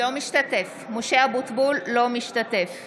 בהצבעה